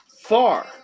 far